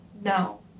no